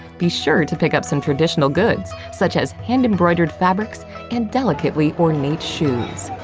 be sure to pick up some traditional goods, such as hand-embroidered fabrics and delicately ornate shoes.